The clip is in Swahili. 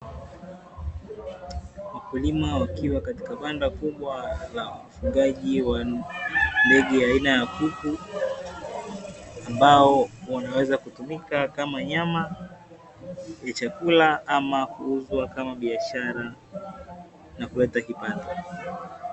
Wakulima wakiwa katika banda kubwa la ufugaji wa ndege aina ya kuku, ambao wanaweza kutumika kama nyama kwenye chakula, ama kuuzwa kama biashara na kuleta kipato.